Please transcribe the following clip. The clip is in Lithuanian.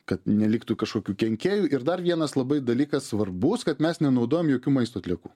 kad neliktų kažkokių kenkėjų ir dar vienas labai dalykas svarbus kad mes nenaudojam jokių maisto atliekų